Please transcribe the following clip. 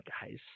guys